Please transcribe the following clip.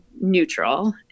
neutral